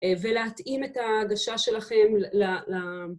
ולהתאים את ההגשה שלכם ל...